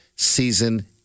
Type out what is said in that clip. season